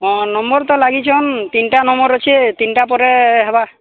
ହଁ ନମ୍ବର୍ ତ ଲାଗିଛନ୍ ତିନ୍ଟା ନମ୍ବର୍ ଅଛି ତିନ୍ଟା ପରେ ହେବା